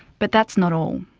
but that's not all.